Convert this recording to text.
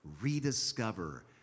rediscover